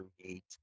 create